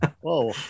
whoa